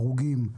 על הרוגים,